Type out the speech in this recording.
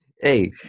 Hey